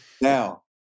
Now